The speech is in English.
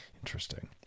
Interesting